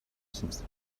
since